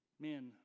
man